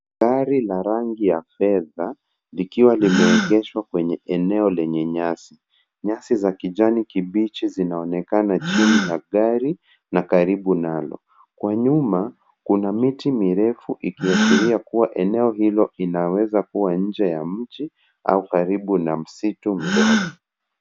Gari la rangi ya fedha likiwa limeegeshwa kwenye eneo lenye nyasi. Nyasi za kijani kibichi zinaonekana chini ya gari na karibu nalo. Kwa nyuma kuna miti mirefu ikiashiria kuwa eneo hilo linaweza kuwa nje ya mji au karibu na msitu mdogo.